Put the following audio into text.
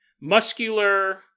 muscular